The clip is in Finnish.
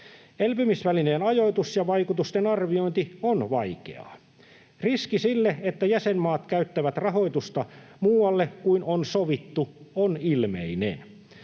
Elpymisvälineen ajoitus ja vaikutusten arviointi on vaikeaa. Riski, että jäsenmaat käyttävät rahoitusta muualle kuin on sovittu, on ilmeinen.